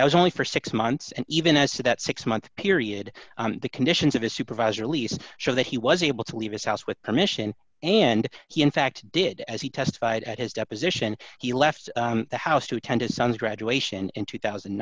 that was only for six months and even as to that six month period the conditions of his supervisor lease show that he was able to leave his house with permission and he in fact did as he testified at his deposition he left the house to attend his son's graduation in two thousand